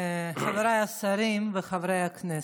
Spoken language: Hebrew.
חבריי השרים וחברי הכנסת,